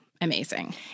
amazing